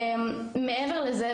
מעבר לזה,